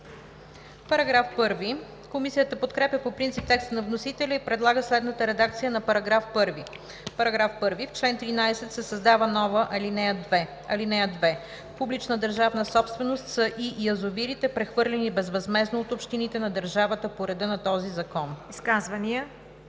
ВАСИЛЕВА: Комисията подкрепя по принцип текста на вносителя и предлага следната редакция на § 1: „§ 1. В чл. 13 се създава нова ал. 2: „(2) Публична държавна собственост са и язовирите, прехвърлени безвъзмездно от общините на държавата по реда на този закон.“